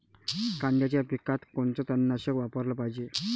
कांद्याच्या पिकात कोनचं तननाशक वापराले पायजे?